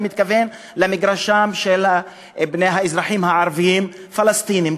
ואני מתכוון למגרשם של האזרחים הערבים-פלסטינים,